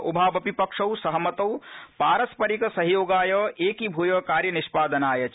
उभावपि पक्षौ सहमतौ पारस्परिक सहयोगाय क्रीभूय कार्य निष्पादनाय च